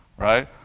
right?